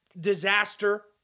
disaster